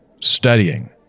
studying